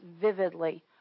vividly